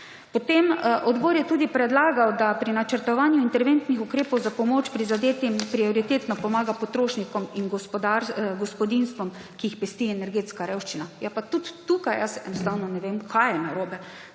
odloča. Odbor je tudi predlagal, da pri načrtovanju interventnih ukrepov za pomoč prizadetim prioritetno pomaga potrošnikom in gospodinjstvom, ki jih pesti energetska revščina. Pa tudi tukaj jaz enostavno ne vem, kaj je narobe,